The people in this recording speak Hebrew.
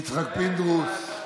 יצחק פינדרוס,